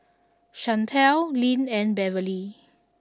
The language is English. Shantell Lyn and Beverley